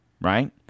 right